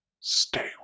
Stay